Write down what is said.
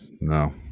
no